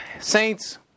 Saints